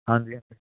ਹਾਂਜੀ